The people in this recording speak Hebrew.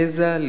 לאום,